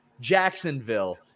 Jacksonville